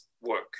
work